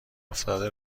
افتاده